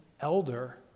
elder